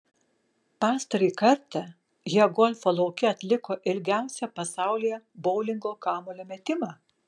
pastarąjį kartą jie golfo lauke atliko ilgiausią pasaulyje boulingo kamuolio metimą